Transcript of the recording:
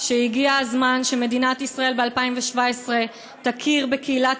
שהגיע הזמן שמדינת ישראל ב-2017 תכיר בקהילת